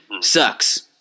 sucks